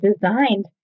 designed